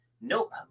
Nope